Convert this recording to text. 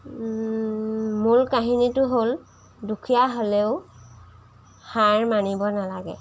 মূল কাহিনীটো হ'ল দুখীয়া হ'লেও হাৰ মানিব নালাগে